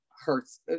hurts